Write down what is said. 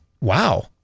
Wow